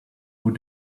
who